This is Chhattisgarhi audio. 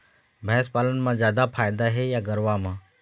भैंस पालन म जादा फायदा हे या गरवा म?